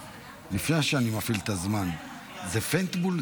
לפני שאני מפעיל את הזמן, זה פיינטבּוּל?